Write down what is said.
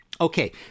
Okay